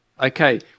okay